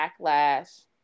backlash